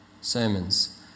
sermons